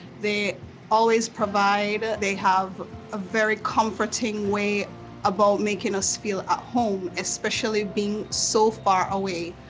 they always provide. they have a very comforting way about making us feel at home, especially being so far away.